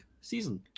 season